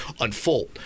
unfold